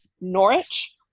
Norwich